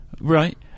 Right